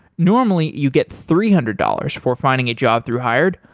normally, you get three hundred dollars for finding a job through hired,